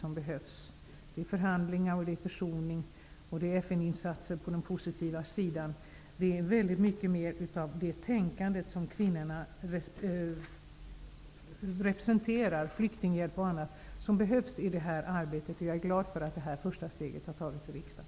Det fordras förhandlingar, försoning, FN-insatser på den positiva sidan -- det fordras väldigt mycket mer av det tänkande som kvinnor representerar, flyktinghjälp och annat. Jag är glad för att det här första steget har tagits i riksdagen.